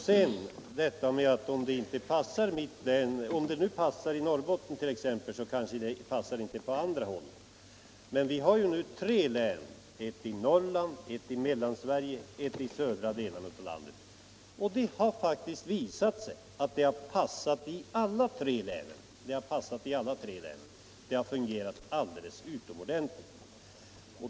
Sedan detta tal om att det som passar i Norrbotten kanske inte passar på andra håll. Men vi har nu erfarenheter från tre län — ett i Norrland, ett i Mellansverige och ett i södra delarna av landet — och det har faktiskt visat sig att systemet passar i alla tre länen. Det har fungerat alldeles utomordentligt.